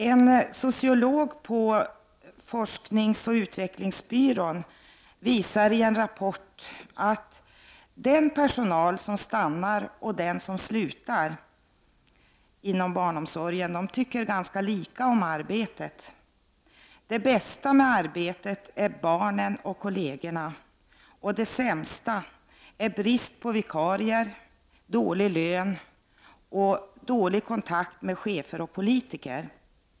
En sociolog på fou-byrån Forskning och utveckling visar i en rapport att den personal som stannar och den personal som slutar sitt arbete inom barnomsorgen tycker ganska lika om arbetet. Det bästa med arbetet är barnen och kollegorna, det sämsta är brist på vikarier, dåliga löner och dålig kontakt med chefer och politiker.